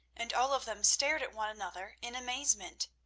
and all of them stared at one another in amazement.